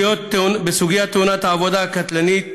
בסוגיית תאונות העבודה הקטלניות